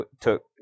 took